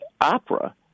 opera